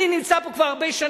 אני נמצא פה כבר הרבה שנים,